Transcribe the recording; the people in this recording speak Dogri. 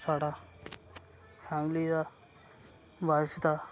साढ़ा फैमिली दा वाइफ दा